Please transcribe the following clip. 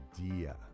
idea